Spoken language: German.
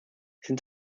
sind